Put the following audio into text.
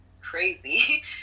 crazy